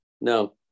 No